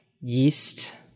yeast